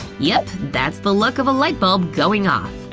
yep, that's the look of a lightbulb going off!